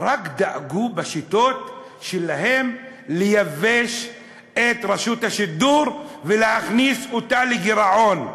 רק דאגו בשיטות שלהם לייבש את רשות השידור ולהכניס אותה לגירעון.